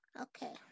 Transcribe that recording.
Okay